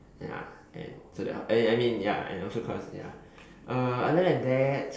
ya then so that I I mean ya and also cause ya uh other than that